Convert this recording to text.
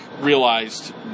realized